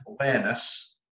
awareness